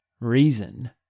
reason